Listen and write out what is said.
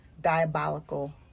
diabolical